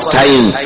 time